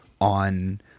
on